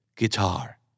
Guitar